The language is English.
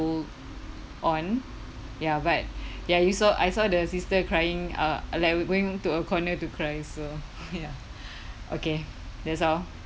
hold on ya but ya you saw I saw the sister crying uh like were going to a corner to cry so ya okay that's all